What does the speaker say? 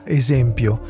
esempio